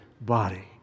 body